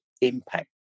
impact